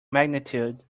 magnitude